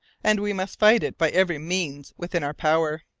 and we must fight it by every means within our power.